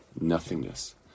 nothingness